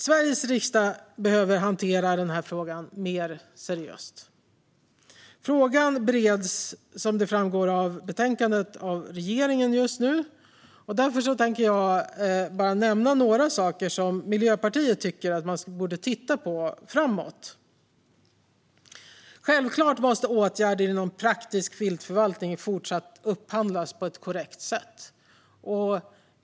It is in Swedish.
Sveriges riksdag behöver hantera den här frågan mer seriöst. Frågan bereds, som framgår av betänkandet, just nu av regeringen. Därför tänker jag bara nämna några saker som Miljöpartiet tycker att man borde titta på framåt. Självklart måste åtgärder inom praktisk viltförvaltning fortsatt upphandlas på ett korrekt sätt.